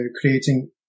creating